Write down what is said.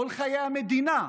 כל חיי המדינה,